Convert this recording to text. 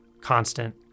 constant